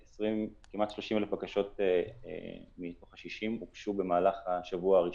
כשכמעט 30,000 בקשות מתוך ה-60 הוגשו במהלך השבוע הראשון.